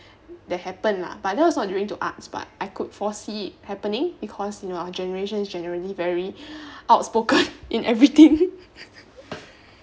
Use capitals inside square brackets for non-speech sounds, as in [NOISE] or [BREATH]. that happened lah but that was not due to arts but I could foresee it happening because you know our generation is generally very [BREATH] outspoken [LAUGHS] in everything [LAUGHS]